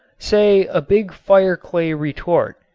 say a big fireclay retort,